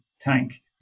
tank